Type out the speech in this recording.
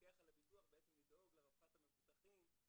המפקח על הביטוח לדאוג לרווחת המבוטחים.